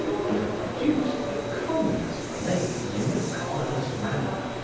could have produced the commonest plays in the commonest manner,